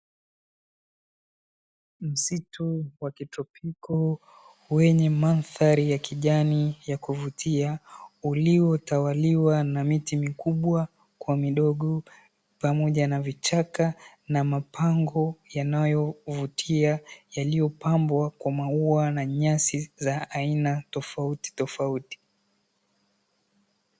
Msitu wa kitropiko wenye mandhari ya kijani ya kuvutia, uliotawaliwa na miti mikubwa kwa midogo, pamoja na vichaka na mapango yanayovutia yaliyopambwa kwa maua na nyasi za aina tofautitofauti.